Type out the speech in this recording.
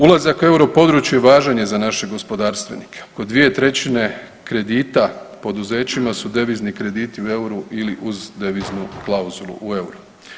Ulazak u euro područje važan je za naše gospodarstvenike oko dvije trećine kredita poduzećima su devizni krediti u euru ili uz deviznu klauzulu u euru.